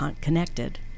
connected